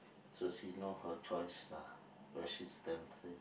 so she know her choice lah where she stands